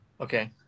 okay